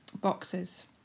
boxes